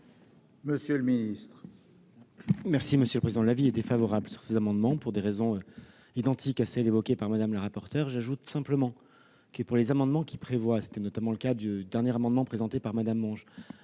Monsieur le ministre,